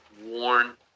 worn